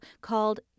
called